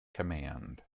command